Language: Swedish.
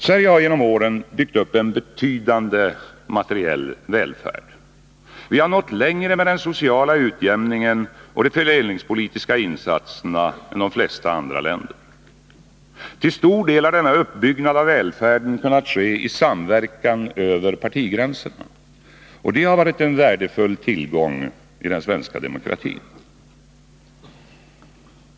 Sverige har genom åren byggt upp en betydande materiell välfärd. Vi har nått längre med den sociala utjämningen och de fördelningspolitiska insatserna än de flesta andra länder. Till stor del har denna uppbyggnad av välfärden kunnat ske i samverkan över partigränserna. Det har varit en värdefull tillgång för den svenska demokratin.